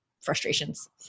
frustrations